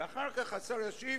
ואחר כך השר ישיב